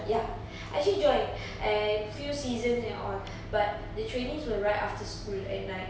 ya I actually joined eh few seasons and all but the trainings were right after school and like